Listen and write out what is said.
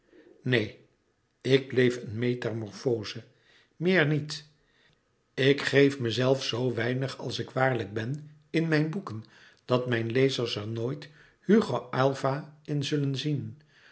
neen ik leef een metamorfoze meer niet ik geef mezelf zoo weinig als ik waarlijk ben in mijn boeken dat mijn lezers er nooit louis couperus metamorfoze hugo aylva in zullen zien